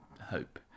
hope